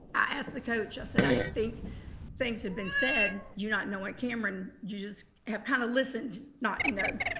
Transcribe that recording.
i asked the coach, i said, i think things have been said, you're not knowing cameron, you just have kind of listened. not, you know,